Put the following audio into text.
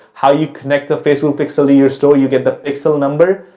how you connect the facebook pixel to your store, you get the pixel number,